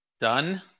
done